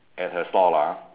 there's a stall ah